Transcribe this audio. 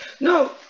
No